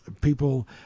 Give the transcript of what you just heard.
people